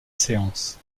séance